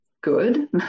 good